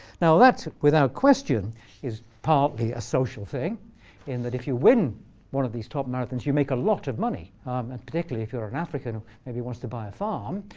now, that without question is partly a social thing in that if you win one of these top marathons, you make a lot of money and particularly if you're an african that maybe wants to buy a farm.